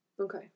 Okay